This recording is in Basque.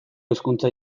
hizkuntza